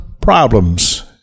problems